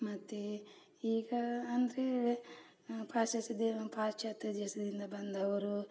ಮತ್ತು ಈಗ ಅಂದರೆ ಪಾಶ್ಚಾತ್ಯ ದೇ ಪಾಶ್ಚಾತ್ಯ ದೇಶದಿಂದ ಬಂದವರು